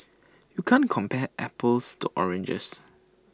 you can't compare apples to oranges